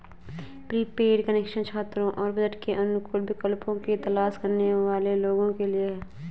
prepaid connection छात्रों और budget के अनुकूल विकल्पों की तलाश करने वाले लोगों के लिए है